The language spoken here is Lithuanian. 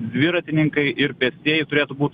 dviratininkai ir pėstieji turėtų būt